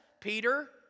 Peter